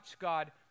God